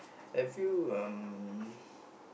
have you um